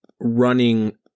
running